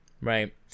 Right